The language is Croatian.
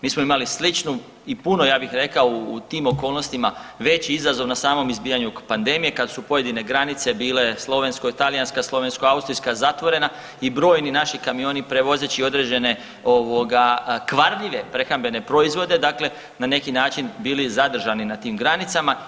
Mi smo imali sličnu i puno ja bih rekao u tim okolnostima veći izazov na samom izbijanju pandemije kad su pojedine granice bile slovenska i talijansko slovenska, austrijska zatvorena i brojni naši kamioni prevozeći određene ovoga kvarljive prehrambene proizvode dakle na neki način bili zadržani na tim granicama.